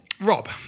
Rob